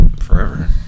forever